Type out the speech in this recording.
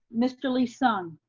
mr. lee-sung.